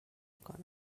میکنم